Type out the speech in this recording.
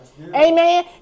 Amen